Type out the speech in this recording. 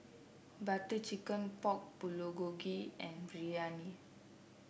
Butter Chicken Pork Bulgogi and Biryani